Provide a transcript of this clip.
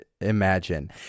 Imagine